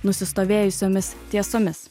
nusistovėjusiomis tiesomis